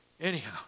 Anyhow